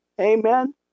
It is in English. amen